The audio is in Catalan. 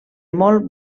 molt